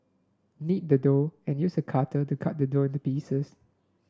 knead the dough and use a cutter to cut the dough into pieces